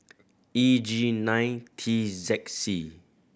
E G nine T Z C